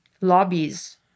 lobbies